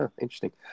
Interesting